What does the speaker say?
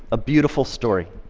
a beautiful story.